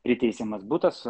priteisiamas butas